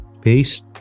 Peace